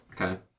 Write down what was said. Okay